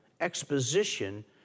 exposition